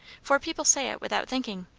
for people say it without thinking.